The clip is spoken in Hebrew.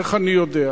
איך אני יודע?